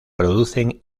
producen